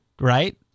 right